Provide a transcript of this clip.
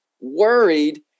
worried